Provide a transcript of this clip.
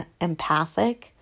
empathic